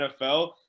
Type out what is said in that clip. NFL